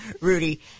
Rudy